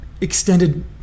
extended